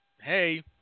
hey